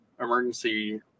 emergency